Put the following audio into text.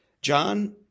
John